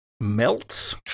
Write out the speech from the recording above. melts